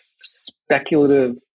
speculative